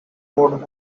board